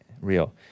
real